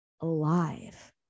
alive